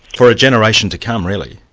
for a generation to come really.